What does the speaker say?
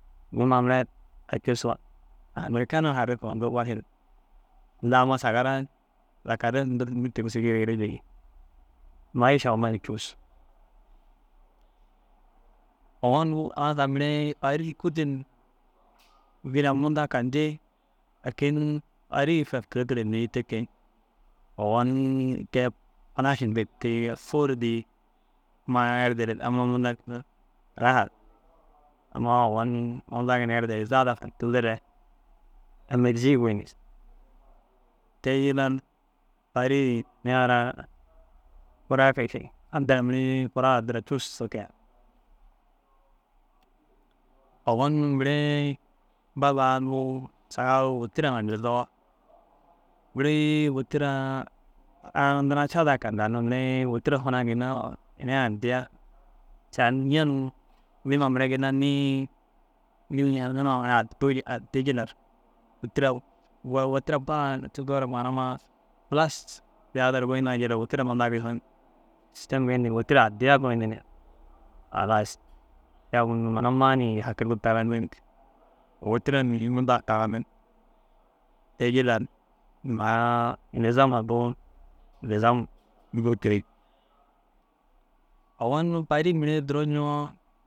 Niĩma mire za cussu amêrikena hunduu ru basin tinda amma sagaraa zaka ref ndir tigisigi re bêi maiša huma ni cus. Ogon furãsa mire paris kûlir vila munda ka dii lakin paris ke kirigi bêi te ke. Ogon kei « pulaš » yindig kei fôr dii ammaa erdere amma munda raha. Amma ogon munda ginna erdere êzaa daa tartindiere ênerji goyindig. Te jillar paris niĩya ara kuraa ke ši inda mire kuraar addira cussu ke, ogon mire bab a unnu saga wôtiraa ŋa girdoo mire wôtiraa ara ndira cad ka danni mire wôtira hunaa ginna ina addiya šan ña nuŋoo? Niĩma mire ginna niĩ addi jillar wôtira baa cikoo manama pulase ziyadar goyina jillar wôtira munda ginna sistem geyindi ni wôtira addiya goyindi ni halas te agu mura amma na hakindu tagandig wôtira ni mundar tagandig. Te jillar maara nizam hundu nizam buru tiri. Ogon paris mire duro ñoo